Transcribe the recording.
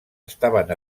estaven